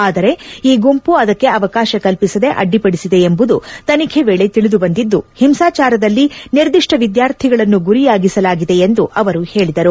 ಆದರೆ ಈ ಗುಂಪು ಅದಕ್ಕೆ ಅವಕಾಶ ಕಲ್ಪಿಸದೆ ಅಡ್ಡಿಪಡಿಸಿದೆ ಎಂಬುದು ತನಿಖೆ ವೇಳೆ ತಿಳಿದುಬಂದಿದ್ದು ಹಿಂಸಾಚಾರದಲ್ಲಿ ನಿರ್ದಿಷ್ಷ ವಿದ್ಗಾರ್ಥಿಗಳನ್ನು ಗುರಿಯಾಗಿಸಲಾಗಿದೆ ಎಂದು ಅವರು ಹೇಳಿದರು